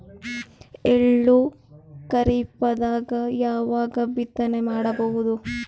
ಎಳ್ಳು ಖರೀಪದಾಗ ಯಾವಗ ಬಿತ್ತನೆ ಮಾಡಬಹುದು?